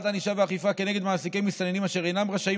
הענישה והאכיפה כנגד מעסיקי מסתננים אשר אינם רשאים